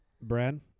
Brad